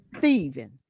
thieving